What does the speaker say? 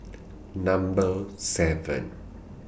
Number seven